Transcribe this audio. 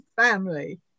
family